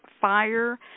fire